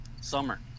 summer